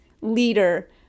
leader